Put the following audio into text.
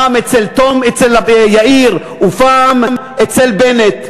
פעם אצל יאיר ופעם אצל בנט.